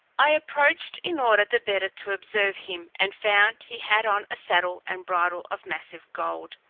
i approached in order the better to observe him, and found he had on a saddle and bridle of massive gold,